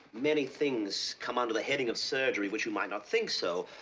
many things come under the heading of surgery which you might not think so.